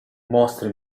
mostre